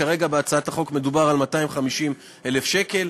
כרגע בהצעת החוק מדובר על 250,000 שקל.